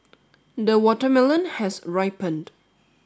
the watermelon has ripened